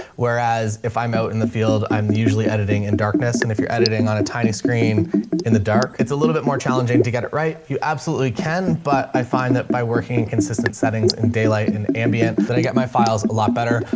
whereas if i'm out in the field, i'm usually editing in darkness and if you're editing on a tiny screen in the dark, it's a little bit more challenging to get it right. you absolutely can. but i find that by working in consistent settings in daylight and ambient, then i get my files a lot better.